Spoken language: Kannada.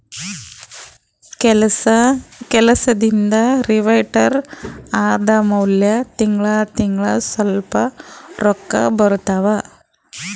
ಕೆಲ್ಸದಿಂದ್ ರಿಟೈರ್ ಆದಮ್ಯಾಲ ತಿಂಗಳಾ ತಿಂಗಳಾ ಸ್ವಲ್ಪ ರೊಕ್ಕಾ ಬರ್ತಾವ